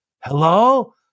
hello